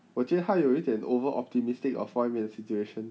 我觉得他还有一点 over optimistic of 外面 situation